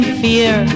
fear